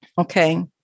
Okay